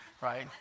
right